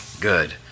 good